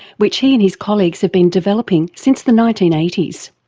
which he and his colleagues have been developing since the nineteen eighty s.